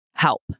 help